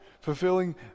fulfilling